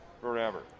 forever